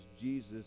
Jesus